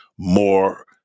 more